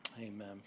Amen